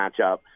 matchup